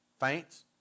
faints